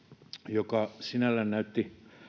joka sinällään näytti